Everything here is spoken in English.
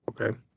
okay